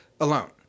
alone